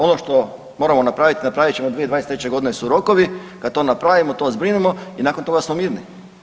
Ono što moramo napravit napravit ćemo, 2023.g. su rokovi, kad to napravimo, to zbrinemo i nakon toga smo mirni.